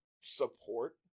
support